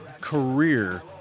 career